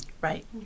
Right